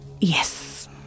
Yes